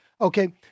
Okay